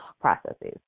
processes